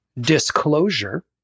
Disclosure